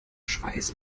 schweiß